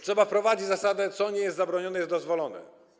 Trzeba wprowadzić zasadę: co nie jest zabronione, jest dozwolone.